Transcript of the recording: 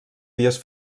dies